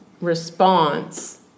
response